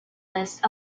list